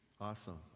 awesome